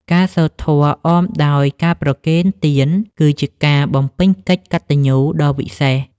ការសូត្រធម៌អមដោយការប្រគេនទាន គឺជាការបំពេញកិច្ចកតញ្ញូដ៏វិសេស។